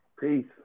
Peace